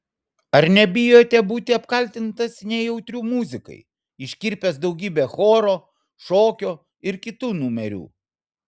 ar nebijote būti apkaltintas nejautriu muzikai iškirpęs daugybę choro šokio ir kitų numerių